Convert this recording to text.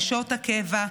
נשות הקבע,